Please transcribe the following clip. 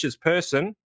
person